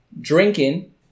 drinking